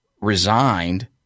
resigned